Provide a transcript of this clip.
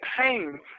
pain